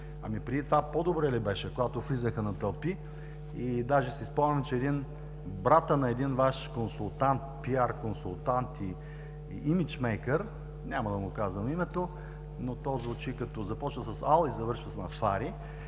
Ами, преди това по-добре ли беше, когато влизаха на тълпи и даже си спомням, че братът на един Ваш консултант, пиар-консултант и имиджмейкър – няма да му казвам името, но то започва на Ал и завършва с фари,